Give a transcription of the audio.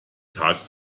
tag